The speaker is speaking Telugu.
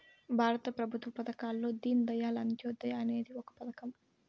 భారత ప్రభుత్వ పథకాల్లో దీన్ దయాళ్ అంత్యోదయ అనేది ఒక పథకం